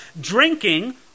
drinking